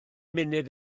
munud